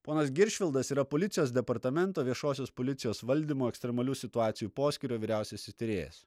ponas giršvildas yra policijos departamento viešosios policijos valdymo ekstremalių situacijų poskyrio vyriausiasis tyrėjas